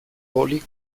voli